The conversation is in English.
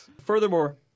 Furthermore